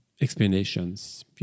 explanations